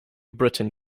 britain